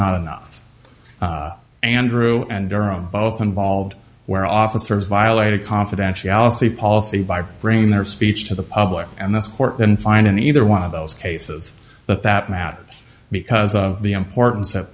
not enough andrew and durham both involved where officers violated confidentiality policy by bringing their speech to the public and this court then fined and either one of those cases but that matter because of the importance tha